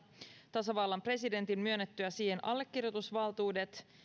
tasavallan presidentin myönnettyä siihen allekirjoitusvaltuudet